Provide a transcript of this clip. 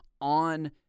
on